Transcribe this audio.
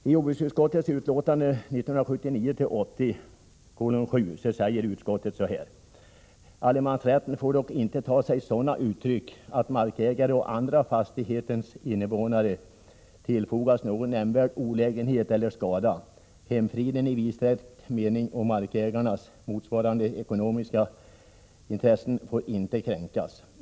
I jordbruksutskottets betänkande 1979/80:7 sägs: ”Allemansrätten får dock inte ta sig sådana uttryck att markägaren och andra fastighetens innevånare tillfogas någon nämnvärd olägenhet eller skada; hemfriden i vidsträckt mening och markägarens ekonomiska intressen får inte kränkas.